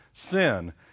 Sin